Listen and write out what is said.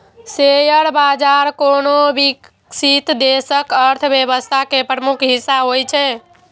share बाजार कोनो विकसित देशक अर्थव्यवस्था के प्रमुख हिस्सा होइ छै